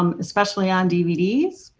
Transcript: um especially on dvds.